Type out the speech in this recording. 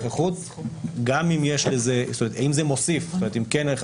אם זה מוסיף ואם כן, איך.